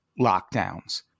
lockdowns